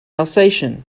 alsatian